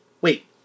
Wait